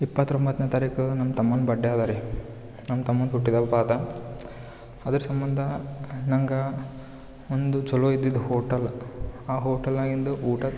ಇಪ್ಪತ್ತೊಂಬತ್ತನೇ ತಾರೀಕು ನಮ್ಮ ತಮ್ಮನ ಬಡ್ಡೆ ಅದ ರೀ ನಮ್ಮ ತಮ್ಮನ ಹುಟ್ಟಿದ ಹಬ್ಬ ಅದ ಅದರ ಸಂಬಂಧ ನಂಗೆ ಒಂದು ಚಲೋ ಇದ್ದಿದು ಹೋಟಲ್ ಆ ಹೋಟಲ್ನಾಗಿಂದ ಊಟ